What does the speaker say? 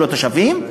של התושבים,